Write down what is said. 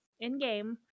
In-game